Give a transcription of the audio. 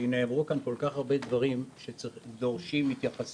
כי נאמרו כאן כל כך הרבה דברים שדורשים התייחסות.